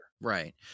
Right